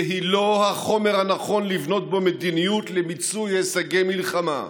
והיא לא החומר הנכון לבנות בו מדיניות למיצוי הישגי מלחמה,